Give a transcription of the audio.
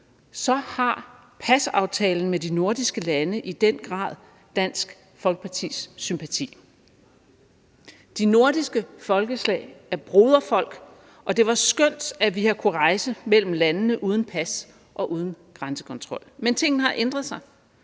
så har pasaftalen med de nordiske lande i den grad Dansk Folkepartis sympati. De nordiske folkeslag er broderfolk, og det er skønt, at vi har kunnet rejse mellem landene uden pas og uden grænsekontrol. Men tingene har ændret sig.